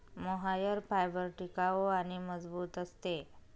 mohair fibre टिकाऊ आणि मजबूत असते